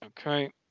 Okay